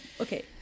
okay